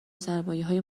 سرمایههای